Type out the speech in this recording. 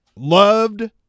Loved